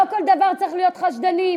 לא בכל דבר צריכים להיות חשדנים.